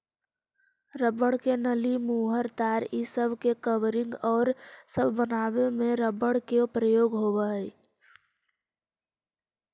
rubber के नली, मुहर, तार इ सब के कवरिंग औउर सब बनावे में रबर के प्रयोग होवऽ हई